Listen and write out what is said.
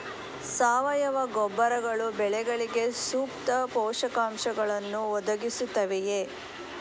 ಸಾವಯವ ಗೊಬ್ಬರಗಳು ಬೆಳೆಗಳಿಗೆ ಸೂಕ್ತ ಪೋಷಕಾಂಶಗಳನ್ನು ಒದಗಿಸುತ್ತವೆಯೇ?